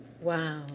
Wow